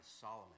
Solomon